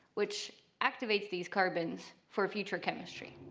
which activates these carbons for future chemistry.